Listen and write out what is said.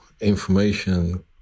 Information